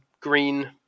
green